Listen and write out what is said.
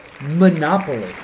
Monopoly